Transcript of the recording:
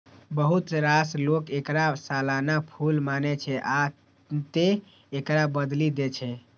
बहुत रास लोक एकरा सालाना फूल मानै छै, आ तें एकरा बदलि दै छै